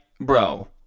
bro